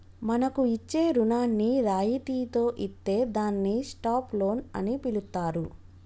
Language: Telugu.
మనకు ఇచ్చే రుణాన్ని రాయితితో ఇత్తే దాన్ని స్టాప్ లోన్ అని పిలుత్తారు